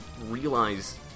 realize